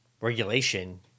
regulation